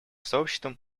сообществом